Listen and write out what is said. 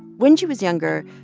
when she was younger,